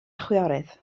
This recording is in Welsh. chwiorydd